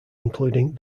including